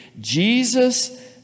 jesus